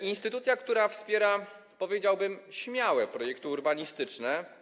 To instytucja, która wspiera, powiedziałbym, śmiałe projekty urbanistyczne.